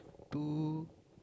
two